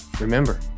Remember